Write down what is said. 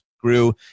grew